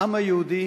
העם היהודי